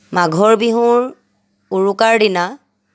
মাঘৰ বিহুৰ উৰুকাৰ দিনা